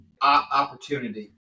Opportunity